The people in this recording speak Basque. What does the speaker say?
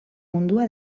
mundua